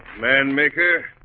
man maker